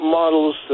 models